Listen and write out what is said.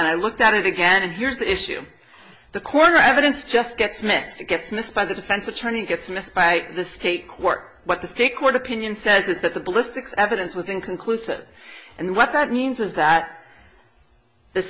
and i looked at it again and here's the issue the corner evidence just gets missed it gets missed by the defense attorney gets missed by the state court what the state court opinion says is that the ballistics evidence was inconclusive and what that means is that the